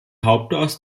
hauptort